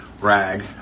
rag